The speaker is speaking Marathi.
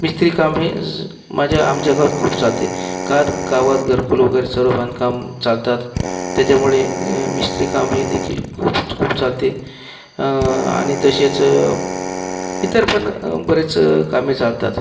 मिस्त्री काम हे झ माझ्या आमच्या गावात खूप चालते घरकुल वगैरे सर्व बांधकाम चालतात त्याच्यामुळे मिस्त्री काम हे देखील खूप खूप चालते आणि तसेच इतर पण बरीच कामे चालतात